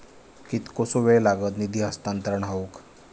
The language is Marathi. कितकोसो वेळ लागत निधी हस्तांतरण हौक?